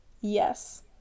Yes